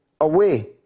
away